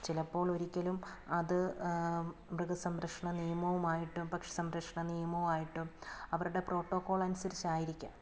ചിലപ്പോൾ ഒരിക്കലും അത് മൃഗസംരക്ഷണ നിയമവും ആയിട്ടും പക്ഷി സംരക്ഷണ നിയമവും ആയിട്ടും അവരുടെ പ്രോട്ടോക്കോൾ അനുസരിച്ചായിരിക്കാം